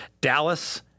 Dallas